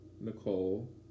Nicole